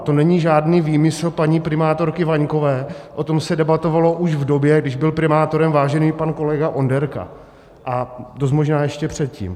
To není žádný výmysl paní primátorky Vaňkové, o tom se debatovalo už v době, kdy byl primátorem vážený pan kolega Onderka, a dost možná ještě předtím.